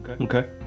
Okay